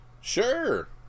Sure